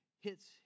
hits